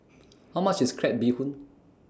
How much IS Crab Bee Hoon